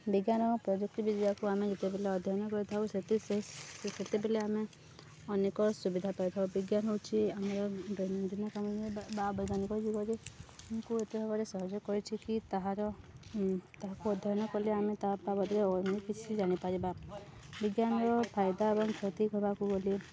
ବିଜ୍ଞାନ ପ୍ରଯୁକ୍ତିବଦ୍ୟାକୁ ଆମେ ଯେତେବେଲେ ଅଧ୍ୟୟନ କରିଥାଉ ସେତେବେଲେ ଆମେ ଅନେକ ସୁବିଧା ପାଇଥାଉ ବିଜ୍ଞାନ ହଉଚି ଆମର ଦୈନନ୍ଦିନ କାମ ବା ବୈଜ୍ଞାନିକ ଯୁଗରେ ଆମକୁ ଏତେ ଭାବରେ ସହଯୋଗ କରିଛି କି ତାହାର ତାହାକୁ ଅଧ୍ୟୟନ କଲେ ଆମେ ତା ବାବଦରେ ଅନ୍ୟ କିଛି ଜାଣିପାରିବା ବିଜ୍ଞାନର ଫାଇଦା ଏବଂ କ୍ଷତି ହେବାକୁ ଗଲେ